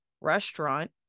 restaurant